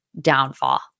downfall